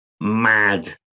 mad